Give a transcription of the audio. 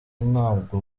ntabwo